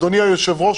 אדוני היושב-ראש,